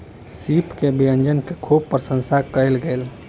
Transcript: सीप के व्यंजन के खूब प्रसंशा कयल गेल